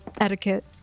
etiquette